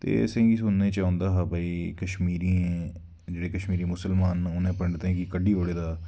ते असें गी सुनने च औंदा हा भाई कश्मीरियें जेह्ड़े कश्मीरी मुस्लमान न उ'नें पंडतें गी कड्डी ओड़े दा